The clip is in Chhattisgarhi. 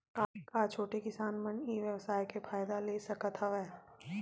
का छोटे किसान मन ई व्यवसाय के फ़ायदा ले सकत हवय?